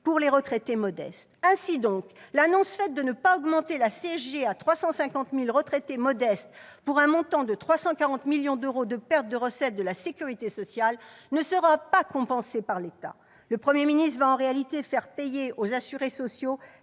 pour les retraités modestes. Ainsi donc, l'annonce faite de ne pas augmenter la CSG à 350 000 retraités modestes pour un montant de 340 millions d'euros de pertes de recettes de la sécurité sociale ne sera pas compensée par l'État. Le Premier ministre va en réalité faire payer aux assurés sociaux